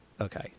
okay